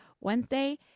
Wednesday